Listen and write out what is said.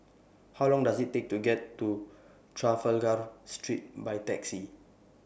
How Long Does IT Take to get to Trafalgar Street By Taxi